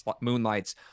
moonlights